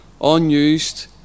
unused